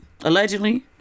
allegedly